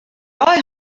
lei